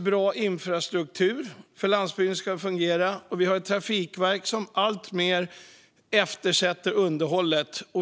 Bra infrastruktur behövs för att landsbygden ska fungera, men underhållet som Trafikverket ansvarar för är alltmer eftersatt.